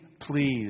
please